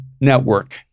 network